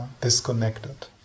disconnected